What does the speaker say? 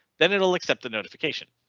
then it will accept the notification.